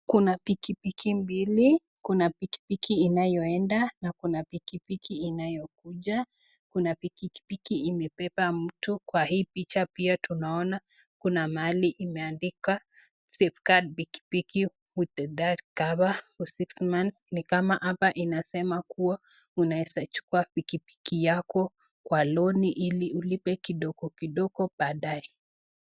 Kuna pikipiki mbili, kuna pikipiki inayoenda, na Kuna pikipiki inayokuja, Kuna pikipiki imebeba mtu kwa hii picha, pia tunaona kuna mahali imeandikwa safe guard pikipiki with the dark cover for six months . Ni kama hapa inasema kuwa, unaweza chukua pikipiki yako Kwa loan ili ulipwe kidogo kidogo baadae.